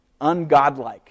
ungodlike